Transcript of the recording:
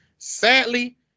Sadly